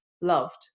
Loved